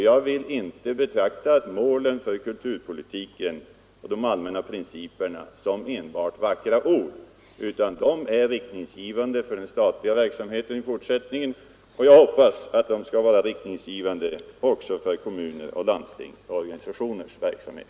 Jag vill inte betrakta målet för kulturpolitiken och de allmänna principerna som enbart vackra ord, utan de är riktningsgivande för den statliga verksamheten i fortsättningen. Jag hoppas att de också skall vara riktningsgivande för kommuners, landstings och organisationers verksamhet.